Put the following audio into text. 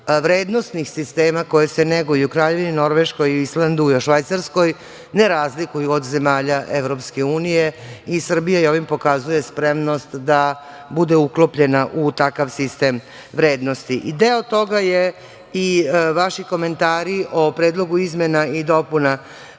vrednosnih sistema koji se neguju u Kraljevini Norveškoj, Islandu i Švajcarskoj ne razlikuju od zemalja Evropske unije i Srbija ovim pokazuje spremnost da bude uklopljena u takav sistem vrednosti. Deo toga su i vaši komentari o Predlogu izmena i dopuna